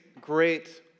great